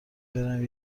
برم